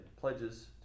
pledges